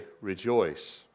rejoice